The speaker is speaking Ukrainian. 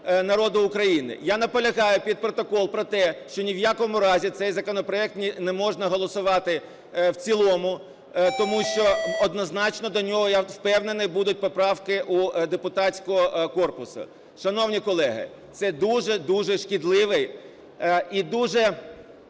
Я наполягаю під протокол про те, що ні в якому разі цей законопроект неможна голосувати в цілому, тому що однозначно до нього, я впевнений, будуть поправки у депутатського корпусу. Шановні колеги, це дуже-дуже шкідливий і дуже